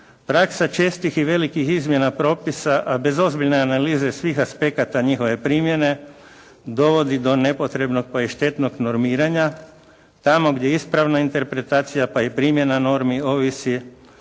Praksa čestih i velikih izmjena propisa a bez ozbiljne analize svih aspekata njihove primjene dovodi do nepotrebnog pa i štetnog normiranja tamo gdje ispravna interpretacija pa i primjena normi ovisi